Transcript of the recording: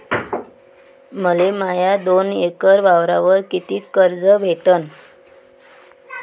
मले माया दोन एकर वावरावर कितीक कर्ज भेटन?